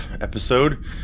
episode